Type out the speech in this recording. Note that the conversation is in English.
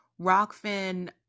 rockfin